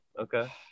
Okay